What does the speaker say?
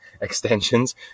extensions